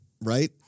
right